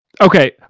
Okay